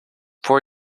for